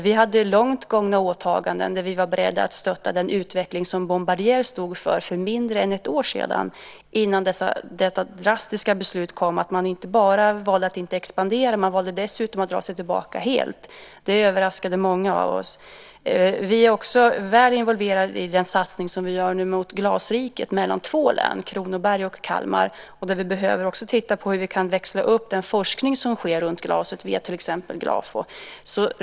Vi hade långt gångna åtaganden där vi var beredda att stötta den utveckling som Bombardier stod för för mindre än ett år sedan innan detta drastiska beslut kom att inte bara välja att inte expandera utan dessutom välja att dra sig tillbaka helt. Det överraskade många av oss. Vi är också involverade i den satsning som nu görs i Glasriket mellan två län, Kronobergs och Kalmar. Där behöver vi också titta på hur vi kan växla upp den forskning som sker inom till exempel Glafo.